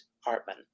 Hartman